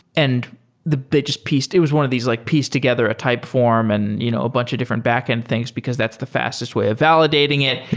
and they just pieced it was one of these like piece together a type form and you know a bunch of different backend things, because that's the fastest way of validating it.